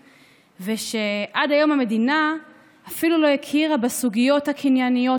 ושעד היום המדינה אפילו לא הכירה בסוגיות הקנייניות,